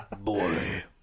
Boy